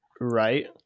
Right